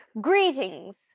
Greetings